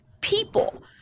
people